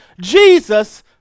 Jesus